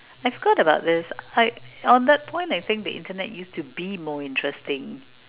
I've thought about it I on that point I think the Internet used to be more interesting